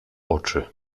oczy